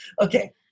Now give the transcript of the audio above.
Okay